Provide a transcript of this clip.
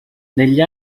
negli